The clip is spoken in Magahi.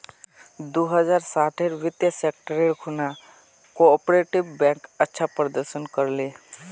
दो हज़ार साटेर वित्तीय संकटेर खुणा कोआपरेटिव बैंक अच्छा प्रदर्शन कर ले